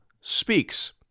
speaks